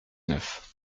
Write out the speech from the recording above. neuf